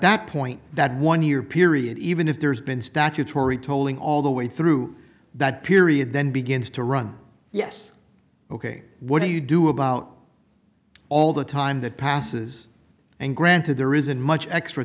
that point that one year period even if there's been statutory tolling all the way through that period then begins to run yes ok what do you do about all the time that passes and granted there isn't much extra